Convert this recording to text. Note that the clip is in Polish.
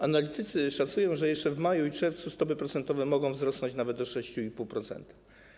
Analitycy szacują, że jeszcze w maju i czerwcu stopy procentowe mogą wzrosnąć nawet do 6,5%.